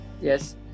yes